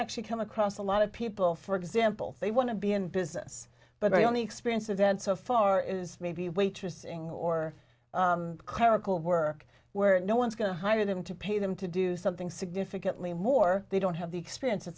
actually come across a lot of people for example they want to be in business but only experience events so far is maybe waitressing or clerical work where no one's going to hire them to pay them to do something significantly more they don't have the expe